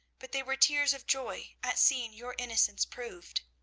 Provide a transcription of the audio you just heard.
but they were tears of joy at seeing your innocence proved.